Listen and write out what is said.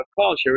culture